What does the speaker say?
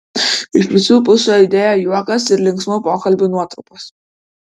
iš visu pusių aidėjo juokas ir linksmų pokalbių nuotrupos